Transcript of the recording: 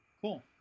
Cool